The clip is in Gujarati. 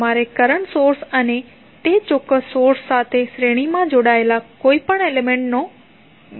તમારે કરંટ સોર્સ અને તે ચોક્કસ સોર્સ સાથે શ્રેણીમાં જોડાયેલા કોઈપણ એલિમેંટ ને બાકાત રાખવું પડશે